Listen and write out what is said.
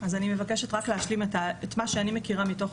אז אני מבקשת רק להשלים את מה שאני מכירה מתוך